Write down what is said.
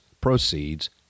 proceeds